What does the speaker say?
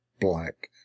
black